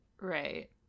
right